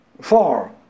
Four